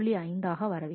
5 ஆக வரவேண்டும்